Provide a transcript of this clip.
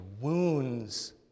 wounds